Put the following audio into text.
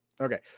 Okay